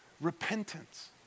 Repentance